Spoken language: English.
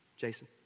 Jason